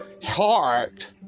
heart